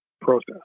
process